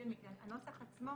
הנוסח עצמו